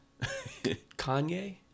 Kanye